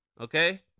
Okay